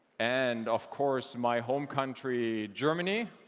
and of course my home country, germany?